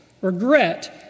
regret